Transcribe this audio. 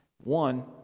One